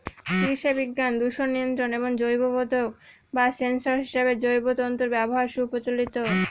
চিকিৎসাবিজ্ঞান, দূষণ নিয়ন্ত্রণ এবং জৈববোধক বা সেন্সর হিসেবে জৈব তন্তুর ব্যবহার সুপ্রচলিত